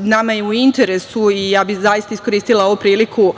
nama je u interesu i ja bih iskoristila ovu priliku,